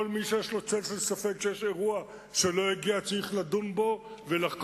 כל מי שיש לו צל של ספק שיש אירוע שלא הגיע וצריך לדון בו ולחקור